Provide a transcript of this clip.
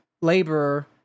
laborer